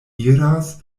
iras